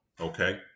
Okay